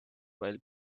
while